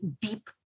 deep